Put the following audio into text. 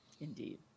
Indeed